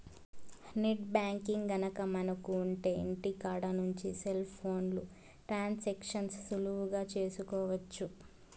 net banking గనక మనకు ఉంటె ఇంటికాడ నుంచి సెల్ ఫోన్లో ట్రాన్సాక్షన్స్ సులువుగా చేసుకోవచ్చు